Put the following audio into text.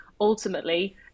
ultimately